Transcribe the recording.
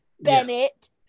Bennett